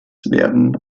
werden